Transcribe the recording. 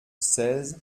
seize